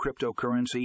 cryptocurrency